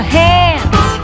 hands